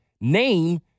name